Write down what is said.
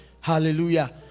hallelujah